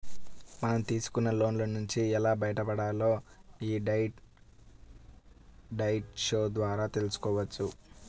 మనం తీసుకున్న లోన్ల నుంచి ఎలా బయటపడాలో యీ డెట్ డైట్ షో ద్వారా తెల్సుకోవచ్చు